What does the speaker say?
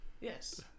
Yes